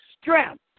strength